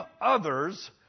others